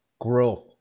growth